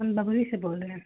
हम बबरी से बोल रहें